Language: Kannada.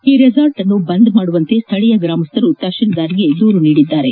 ಈ ರೆಸಾರ್ಟ್ಅನ್ನು ಬಂದ್ ಮಾಡುವಂತೆ ಸ್ಲೇಯ ಗ್ರಾಮಸ್ಲರು ತಪಸೀಲ್ದಾರರಿಗೆ ದೂರು ನೀಡಿದ್ದಾರೆ